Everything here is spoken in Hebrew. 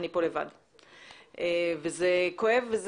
וזה כואב.